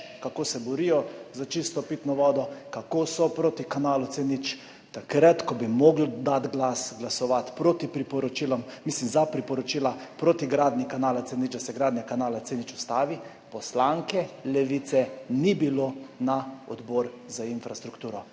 kako se borijo za čisto pitno vodo, kako so proti kanalu C0, takrat, ko bi morali dati glas, glasovati za priporočila proti gradnji kanala C0, da se gradnja kanala C0 ustavi, poslanke Levice ni bilo na Odboru za infrastrukturo,